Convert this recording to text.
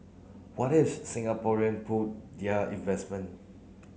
what if Singaporean pull their investment